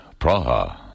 Praha